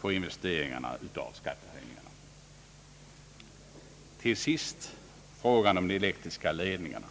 på investeringarna. Till sist vill jag beröra frågan om de elektriska ledningarna.